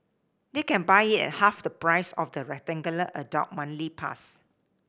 they can buy it at half the price of the adult monthly pass